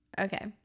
Okay